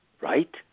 right